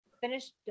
Finished